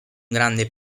grande